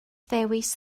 ddewis